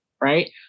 right